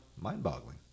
mind-boggling